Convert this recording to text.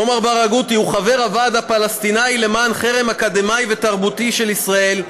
עומר ברגותי הוא חבר הוועד הפלסטיני למען חרם אקדמי ותרבותי על ישראל.